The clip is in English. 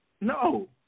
No